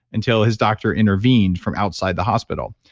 until his doctor intervened from outside the hospital.